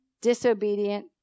disobedient